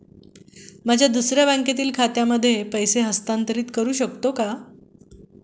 माझ्या दुसऱ्या बँकेतील खात्यामध्ये पैसे हस्तांतरित करू शकतो का?